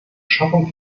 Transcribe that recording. schaffung